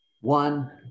One